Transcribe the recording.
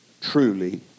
truly